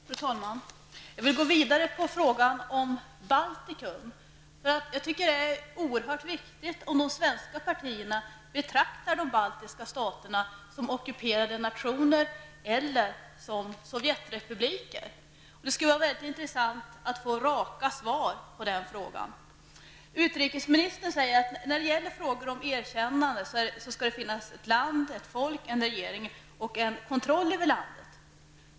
Fru talman! Jag vill gå vidare när det gäller frågan om Baltikum, för jag tycker att det är oerhört viktigt att få veta om de svenska partierna betraktar de baltiska staterna som ockuperade nationer eller som sovjetrepubliker. Det skulle vara mycket intressant att få raka svar på den frågan. Utrikesministern säger att när det gäller frågor om erkännande skall det finnas ett land, ett folk, en regering och en kontroll över landet.